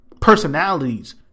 personalities